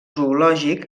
zoològic